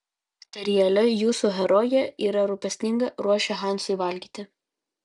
seriale jūsų herojė yra rūpestinga ruošia hansui valgyti